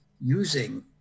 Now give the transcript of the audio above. using